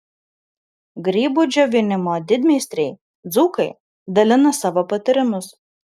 grybų džiovinimo didmeistriai dzūkai dalina savo patarimus